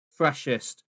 freshest